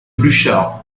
pluchart